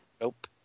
Nope